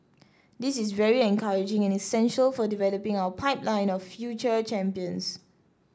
this is very encouraging and essential for developing our pipeline of future champions